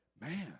man